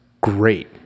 great